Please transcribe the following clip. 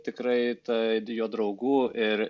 tikrai tai jo draugų ir